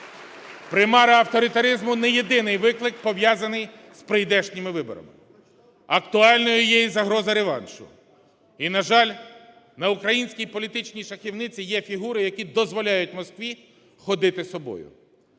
Примара авторитаризму – не єдиний виклик, пов'язаний з прийдешніми виборами. Актуальною є і загроза реваншу. І, на жаль, на українській політичній шахівниці є фігури, які дозволяють Москві ходити собою.